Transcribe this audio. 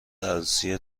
عروسی